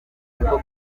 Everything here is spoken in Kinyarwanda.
niko